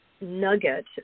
nugget